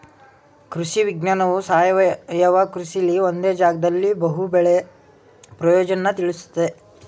ಕೃಷಿ ವಿಜ್ಞಾನವು ಸಾವಯವ ಕೃಷಿಲಿ ಒಂದೇ ಜಾಗ್ದಲ್ಲಿ ಬಹು ಬೆಳೆ ಪ್ರಯೋಜ್ನನ ತಿಳುಸ್ತದೆ